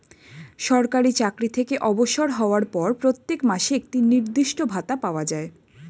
সরকারি চাকরি থেকে অবসর হওয়ার পর প্রত্যেক মাসে একটি নির্দিষ্ট ভাতা পাওয়া যায়